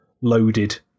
Loaded